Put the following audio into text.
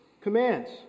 commands